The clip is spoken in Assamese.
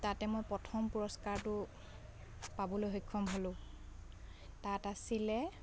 তাতে মই প্ৰথম পুৰস্কাৰটো পাবলৈ সক্ষম হ'লোঁ তাত আছিলে